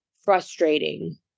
frustrating